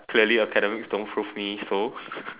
clearly academic don't prove me so